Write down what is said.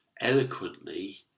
eloquently